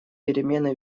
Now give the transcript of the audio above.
перемены